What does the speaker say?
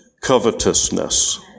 covetousness